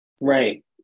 Right